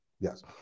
Yes